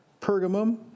Pergamum